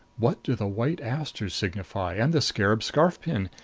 what do the white asters signify? and the scarab scarf-pin?